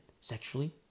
sexually